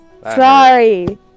Sorry